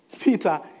Peter